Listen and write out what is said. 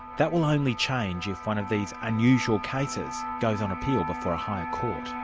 that will only change if one of these unusual cases goes on appeal before a higher court.